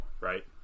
right